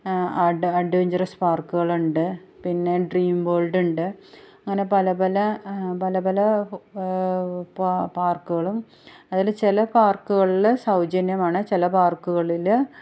അഡ്വ adventurous പാർക്കുകളുണ്ട് പിന്നെ dream world ഉണ്ട് അങ്ങനെ പല പല പല പല പാ പാർക്കുകളും അതിൽ ചില പാർക്കുകളിൽ സൗജന്യമാണ് ചില പാർക്കുകളിൽ